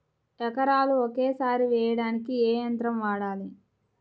ఎకరాలు ఒకేసారి వేయడానికి ఏ యంత్రం వాడాలి?